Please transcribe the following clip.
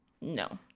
No